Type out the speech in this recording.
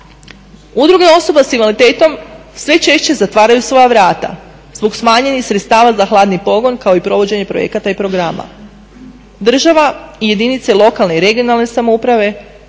Udruge osoba s invaliditetom sve češće zatvaraju svoja vrata, zbog smanjenih sredstava za hladni pogon kao i provođenje projekata i programa. Država i jedinice lokalne i regionalne samouprave